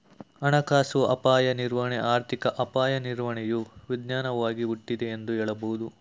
ಹಣಕಾಸು ಅಪಾಯ ನಿರ್ವಹಣೆ ಆರ್ಥಿಕ ಅಪಾಯ ನಿರ್ವಹಣೆಯು ವಿಜ್ಞಾನವಾಗಿ ಹುಟ್ಟಿದೆ ಎಂದು ಹೇಳಬಹುದು